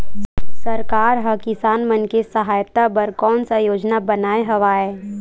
सरकार हा किसान मन के सहायता बर कोन सा योजना बनाए हवाये?